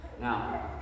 Now